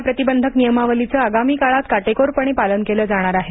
corona प्रतिबंधक नियमावलीच आगामी काळात काटेकोरपणे पालन केलं जाणार आहे